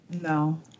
No